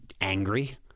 angry